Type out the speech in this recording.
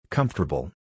Comfortable